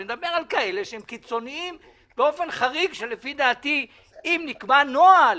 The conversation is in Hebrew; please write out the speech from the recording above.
אני מדבר על כאלה שהם קיצוניים באופן חריג שלפי דעתי אם נקבע נוהל,